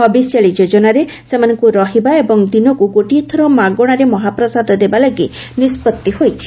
ହବିଷ୍ୟାଳି ଯୋଜନାରେ ସେମାନଙ୍କୁ ରହିବା ଏବଂ ଦିନକୁ ଗୋଟିଏ ଥର ମାଗଣାରେ ମହାପ୍ରସାଦ ଦେବା ଲାଗି ନିଷ୍ବତ୍ତି ହୋଇଛି